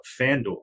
FanDuel